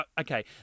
okay